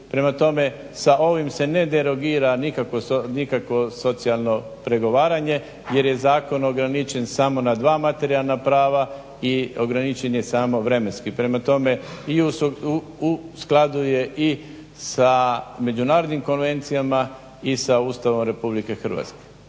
Prema tome sa ovima se ne derogira nikakvo socijalno pregovaranje jer zakon ograničen samo na dva materijalna prava i ograničen je samo vremenski. Prema tome i u skladu je i sa Međunarodnim konvencijama i sa Ustavom RH **Leko,